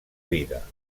vida